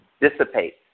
dissipate